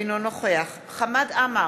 אינו נוכח חמד עמאר,